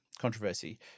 controversy